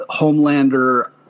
Homelander